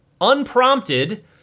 unprompted